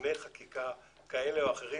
תיקוני חקיקה כאלה ואחרים.